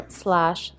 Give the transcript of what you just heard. slash